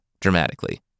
dramatically